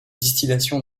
distillation